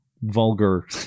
vulgar